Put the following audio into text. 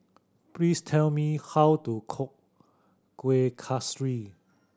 please tell me how to cook Kuih Kaswi